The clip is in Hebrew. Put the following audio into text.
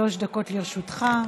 שלוש דקות לרשותך.